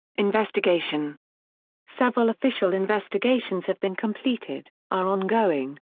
investigation several official investigations have been completed, are ongoing,